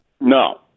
No